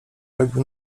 robił